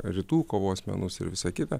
rytų kovos menus ir visa kita